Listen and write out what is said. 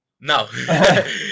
No